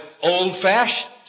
old-fashioned